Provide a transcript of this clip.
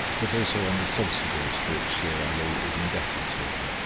but also on the subsidies for which shere ali is indebted to her.